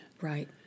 right